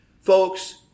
folks